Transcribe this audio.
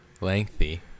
Lengthy